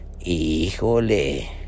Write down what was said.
Híjole